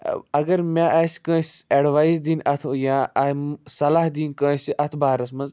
اگر مےٚ آسہِ کٲنٛسہِ اٮ۪ڈوایِس دِنۍ اتھ یا صلح دِنۍ کٲنٛسہِ اتھ بارس منٛز